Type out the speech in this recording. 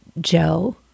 Joe